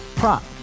Prop